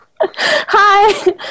Hi